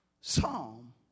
Psalm